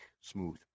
smooth